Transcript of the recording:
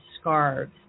scarves